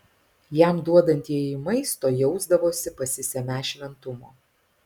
jam duodantieji maisto jausdavosi pasisemią šventumo